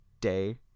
day